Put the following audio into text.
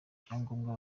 ibyangombwa